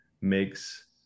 makes